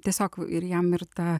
tiesiog ir jam ir ta